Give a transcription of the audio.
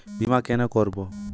বিমা কেন করব?